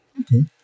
Okay